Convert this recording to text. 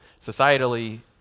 societally